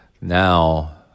now